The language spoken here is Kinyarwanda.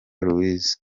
louise